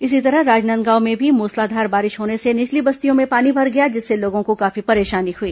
इसी तरह राजनांदगांव में भी मूसलाधार बारिश होने से निचली बस्तियों में पानी भर गया जिससे लोगों को काफी परेशानी हुई